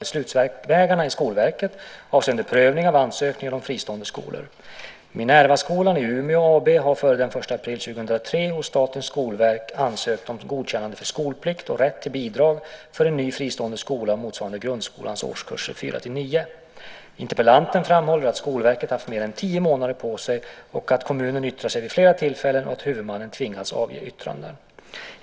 Herr talman! Tobias Billström har frågat vilka åtgärder jag avser att vidta för att korta beslutsvägarna i Skolverket avseende prövning av ansökningar om fristående skolor. Minervaskolan i Umeå AB har före den 1 april 2003 hos Statens skolverk ansökt om godkännande för skolplikt och rätt till bidrag för en ny fristående skola motsvarande grundskolans årskurser 4-9. Interpellanten framhåller att Skolverket haft mer än tio månader på sig och att kommunen yttrat sig vid flera tillfällen och att huvudmannen har tvingats avge yttranden.